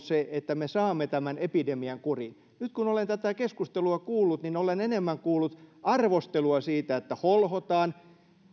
se että me saamme tämän epidemian kuriin nyt kun olen tätä keskustelua kuullut niin olen enemmän kuullut arvostelua siitä että holhotaan